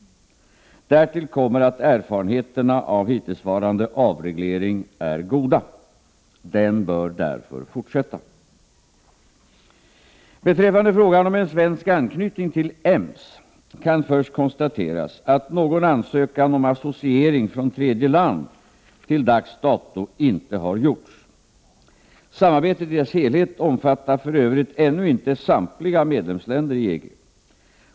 Därtill kommer att erfarenheterna av hittillsvarande avreglering är goda. Den bör därför fortsätta. Beträffande frågan om en svensk anknytning till EMS kan först konstateras att någon ansökan om associering från tredje land till dags dato inte har gjorts. Samarbetet i dess helhet omfattar för övrigt ännu inte samtliga medlemsländer i EG.